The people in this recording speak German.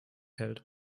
hält